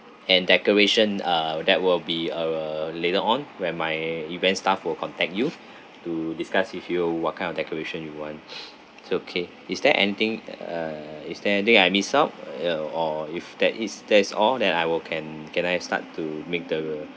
and decoration uh that will be uh later on when my event staff will contact you to discuss with you what kind of decoration you want so okay is there anything uh is there anything I miss out uh ya or if that is that is all then I will can can I start to make the